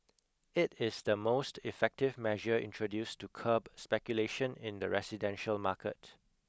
it is the most effective measure introduced to curb speculation in the residential market